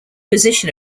position